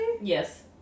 Yes